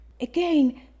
again